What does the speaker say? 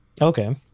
Okay